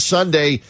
Sunday